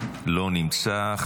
לא נמצא.